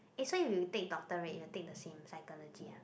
eh so if you take doctorate you will take the same psychology ah